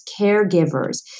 caregivers